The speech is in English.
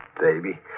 baby